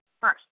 first